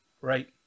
right